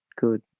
good